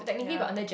ya